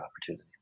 opportunity